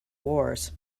wars